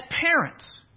parents